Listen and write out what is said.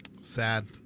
Sad